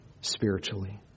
spiritually